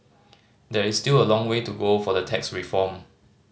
there is still a long way to go for the tax reform